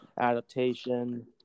Adaptation